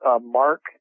mark